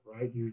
right